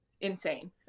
insane